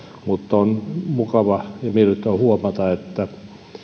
mutta on mukava ja miellyttävä huomata että